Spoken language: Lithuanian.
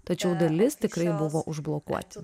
tačiau dalis tikrai buvo užblokuoti